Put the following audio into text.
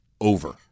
over